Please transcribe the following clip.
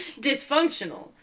dysfunctional